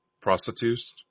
prostitutes